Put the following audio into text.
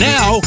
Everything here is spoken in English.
Now